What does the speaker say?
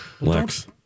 Lex